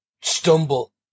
stumble